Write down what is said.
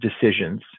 decisions